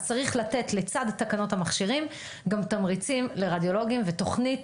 אז צריך לתת לצד תקנות המכשירים גם תמריצים לרדיולוגים ותוכנית,